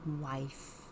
wife